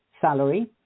salary